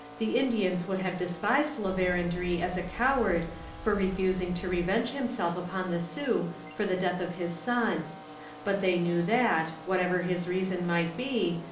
the indians would have despised la verendrye as a coward for refusing to revenge himself upon the sioux for the death of his son but they knew that, whatever his reason might be,